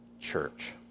church